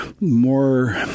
more